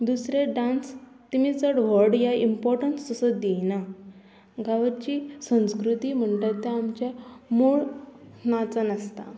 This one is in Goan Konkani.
दुसरें डांस तेमी चड व्हड ह्या इम्पोर्टन्स तसो दिना गांवाची संस्कृती म्हणटा तें आमचे मूळ नाचान आसता